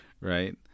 right